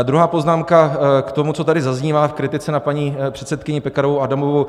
Druhá poznámka k tomu, co tady zaznívá v kritice na paní předsedkyni Pekarovou Adamovou.